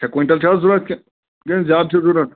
شےٚ کۄینٛٹَل چھِ حظ ضروٗرت کِنہٕ کِنہٕ زیادٕ چھِ ضروٗرت